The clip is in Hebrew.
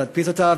להדפיס אותה.